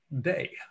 day